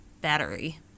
battery